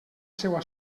seua